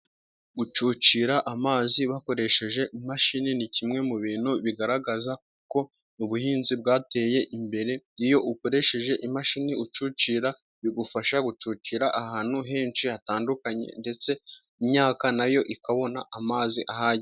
Gucucira amazi bakoresheje imashini, ni kimwe mu bintu bigaragaza ko ubuhinzi bwateye imbere. Iyo ukoresheje imashini ucucira, bigufasha gucucira ahantu henshi hatandukanye, ndetse imyaka na yo ikabona amazi ahagije.